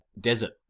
Desert